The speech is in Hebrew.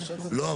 לא,